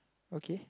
okay